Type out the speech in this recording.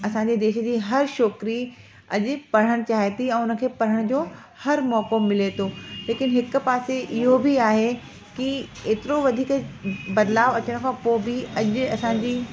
असांजे देश जी हर छोकिरी अॼु पढ़णु चाहे थी ऐं उनखे पढ़ण जो हर मौको मिले थो लेकिन हिकु पासे इहो बि आहे की एतिरो वधीक बदलाव अचण खां पोइ बि अॼु असांजी